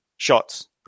shots